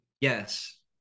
Yes